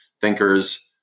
thinkers